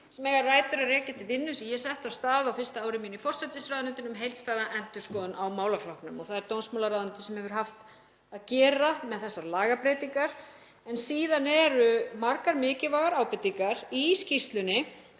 sem eiga rætur að rekja til vinnu sem ég setti af stað á fyrsta ári mínu í forsætisráðuneytinu um heildstæða endurskoðun á málaflokknum. Það er dómsmálaráðuneytið sem hefur haft með þessar lagabreytingar að gera. En síðan eru margar mikilvægar ábendingar í skýrslunni